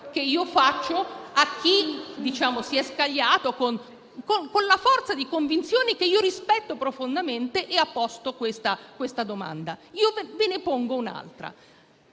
che io rivolgo a chi si è scagliato, con una forza di convinzione che io rispetto profondamente, e ha posto questa domanda. Io ve ne pongo un'altra